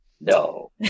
no